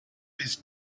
his